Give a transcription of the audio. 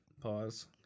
Pause